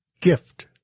gift